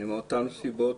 אני תומך מאותן סיבות.